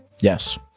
Yes